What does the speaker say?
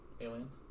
aliens